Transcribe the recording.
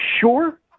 sure